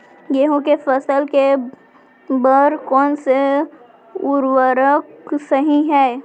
गेहूँ के फसल के बर कोन से उर्वरक सही है?